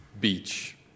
beach